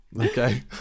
Okay